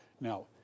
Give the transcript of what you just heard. Now